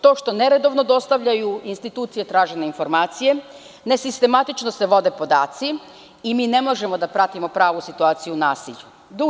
To što neredovno dostavljaju institucije tražene informacije, nesistematično se vode podaci i ne možemo da pratimo pravu situaciju u nasilju.